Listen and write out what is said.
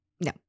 No